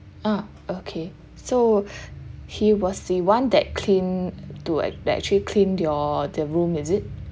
ah okay so he was the one that clean to ac~ that actually clean your the room is it